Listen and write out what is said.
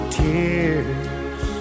tears